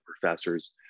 professors